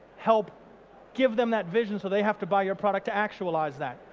help give them that vision so they have to buy your product to actualise that?